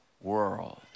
world